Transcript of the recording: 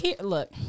look